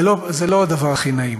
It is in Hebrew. זה לא הדבר הכי נעים